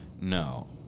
No